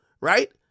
right